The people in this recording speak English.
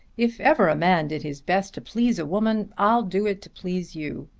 if ever a man did his best to please a woman i'll do it to please you.